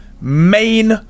main